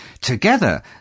Together